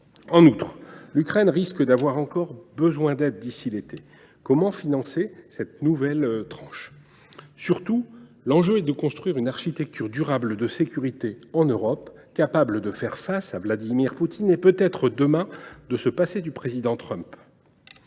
En outre, l’Ukraine risque d’avoir encore besoin d’aide d’ici à l’été. Comment financer cette nouvelle tranche ? L’enjeu est de construire une architecture durable de sécurité en Europe, capable de faire face à Vladimir Poutine et peut être, demain, de nous passer d’un éventuel Président Trump.